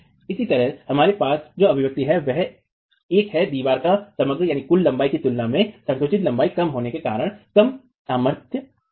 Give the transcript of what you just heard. इसी तरह हमारे पास जो अभिव्यक्ति है वह एक है दीवार की समग्रकुल लंबाई की तुलना में संकुचित लंबाई कम होने के कारण कम सामर्थ्य कि है